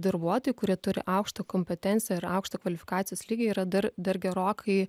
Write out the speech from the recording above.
darbuotojai kurie turi aukštą kompetenciją ir aukštą kvalifikacijos lygį yra dar dar gerokai